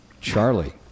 Charlie